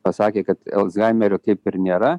pasakė kad alzhaimerio kaip ir nėra